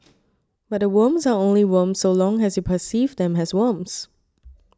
but the worms are only worms so long as you perceive them as worms